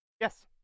Yes